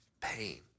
pain